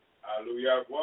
Hallelujah